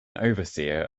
overseer